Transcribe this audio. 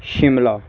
Shimla